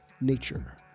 nature